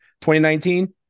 2019